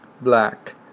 black